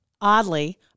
Oddly